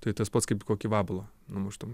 tai tas pats kaip kokį vabalą numuštum